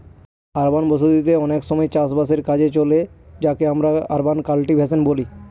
urban বসতি তে অনেক সময় চাষ বাসের কাজে চলে যাকে আমরা আরবান কাল্টিভেশন বলি